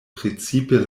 precipe